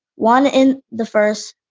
one in the first,